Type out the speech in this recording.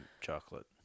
chocolate